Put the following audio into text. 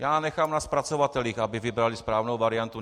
Já nechám na zpracovatelích, aby vybrali správnou variantu.